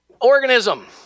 organism